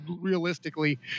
realistically